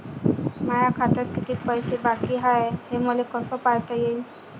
माया खात्यात कितीक पैसे बाकी हाय हे मले कस पायता येईन?